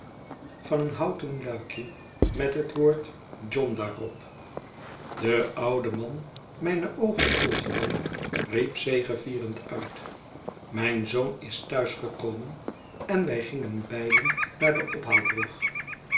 van groote verwachtingen een houten luikje met bet woord john daarop de oude man rmjne oogen volgende riep zegevierend uit mijn zoon is thuis gekomen en wij gingen beiden naar de